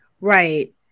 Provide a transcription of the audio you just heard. Right